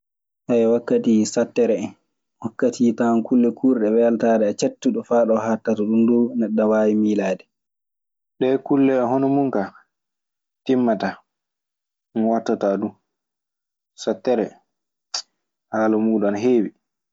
Haya e wakkati sottere hen, wakkatiiji tawan kulle kurɗe weltare a catuɗo fa ɗo hattata, ɗundu aɗa wawi miilaade. Ɗee kulle hono mun kaa timmataa, ŋottataa du. Sottere, haala muuɗun ana heewi.